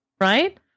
right